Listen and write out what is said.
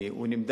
כי הוא נמדד,